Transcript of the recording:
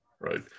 right